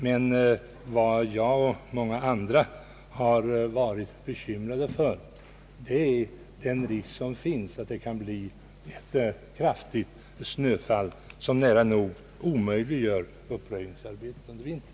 Men vad jag och många andra har varit bekymrade över är den risk som finns att det kan bli ett kraftigt snöfall, som nära nog omöjliggör uppröjningsarbete under vintern.